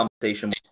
conversation